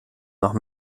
noch